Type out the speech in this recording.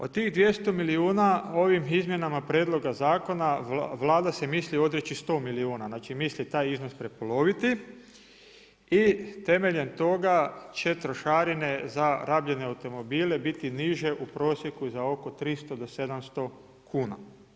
Od tih 200 milijuna ovim izmjenama prijedloga zakona Vlada se misli odreći 100 milijuna, znači misli taj iznos prepoloviti i temeljem toga će trošarine za rabljene automobile biti niže u prosjeku za oko 300 do 700 kuna.